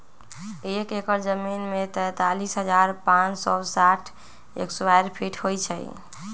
एक एकड़ जमीन में तैंतालीस हजार पांच सौ साठ स्क्वायर फीट होई छई